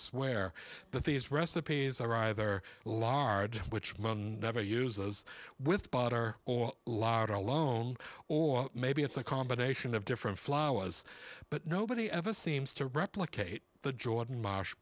swear but these recipes are either large which money never use those with bought are or large alone or maybe it's a combination of different flaws but nobody ever seems to replicate the jordan marsh